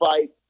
fight